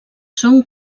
són